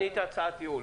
אני אתן הצעת ייעול.